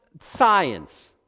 science